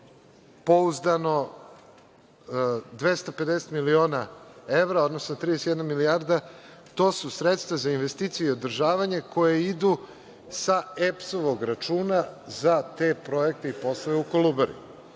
pouzdano 250 miliona evra, odnosno 31 milijarda, to su sredstva za investicije i održavanje koje idu sa EPS-ovog računa za te projekte i poslove u Kolubari.